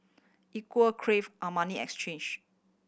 Equal Crave Armani Exchange